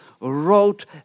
wrote